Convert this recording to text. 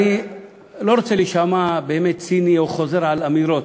אני לא רוצה להישמע ציני או חוזר על אמירות,